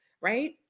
Right